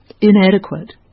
inadequate